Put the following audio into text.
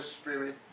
Spirit